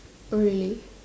oh really